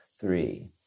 three